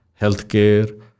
healthcare